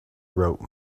wrote